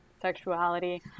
sexuality